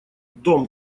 дом